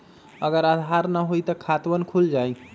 अगर आधार न होई त खातवन खुल जाई?